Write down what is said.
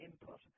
input